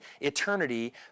eternity